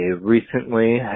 recently